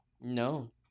No